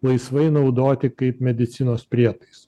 laisvai naudoti kaip medicinos prietaisai